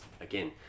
again